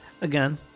Again